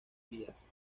vías